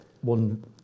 one